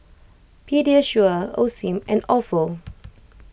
Pediasure Osim and Ofo